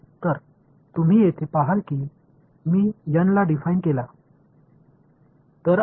சமதளத்திற்கு வெளியே இது எல்லைக்கு டான்ஜென்ஷியல் இருக்குமா